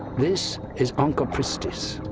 this is onchopristis.